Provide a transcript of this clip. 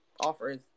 offers